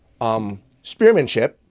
spearmanship